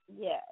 Yes